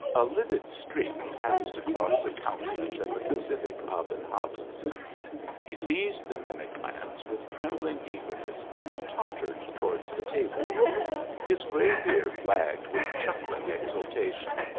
a livid streak passed across the countenance of the pacific aben habuz he seized the mimic lance with trembling eagerness, and tottered towards the table his gray beard wagged with chuckling exul tation.